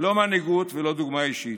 לא מנהיגות ולא דוגמה אישית.